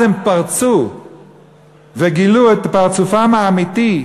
הם פרצו וגילו את פרצופם האמיתי,